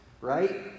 right